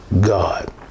God